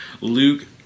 Luke